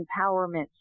empowerment